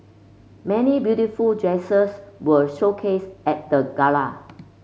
many beautiful dresses were showcased at the gala